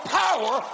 power